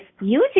using